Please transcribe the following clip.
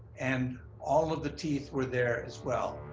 and all of the teeth were there as well.